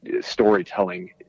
storytelling